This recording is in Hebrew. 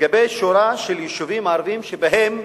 שורה של יישובים ערביים שבהם